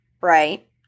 right